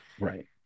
Right